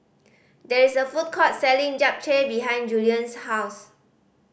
there is a food court selling Japchae behind Julien's house